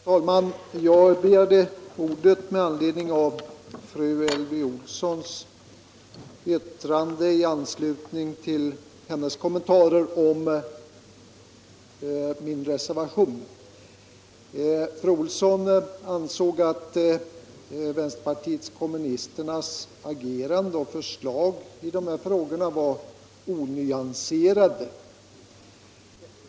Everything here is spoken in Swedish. Herr talman! Jag begärde ordet med anledning av fru Elvy Olssons yttrande i anslutning till hennes kommentarer till min reservation. Fru Olsson ansåg att vänsterpartiet kommunisternas agerande och förslag i dessa frågor var onyanserade.